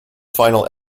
final